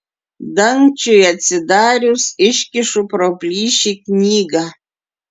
dangčiui atsidarius iškišu pro plyšį knygą